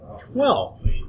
Twelve